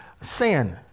sin